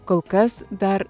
kol kas dar